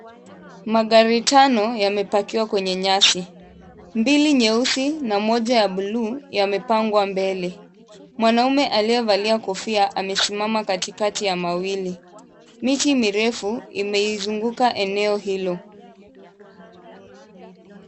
Magari tano yamepakiwa kwenye nyasi; mbili nyeusi na moja ya buluu, yamepangwa mbele. Mwanamme aliyevalia kofia amesimama kati kati ya mawili, miti mirefu imeizunguka eneo hilo.